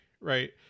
right